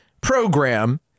program